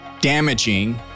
damaging